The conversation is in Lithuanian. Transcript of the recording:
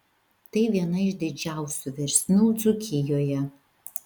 tai viena iš didžiausių versmių dzūkijoje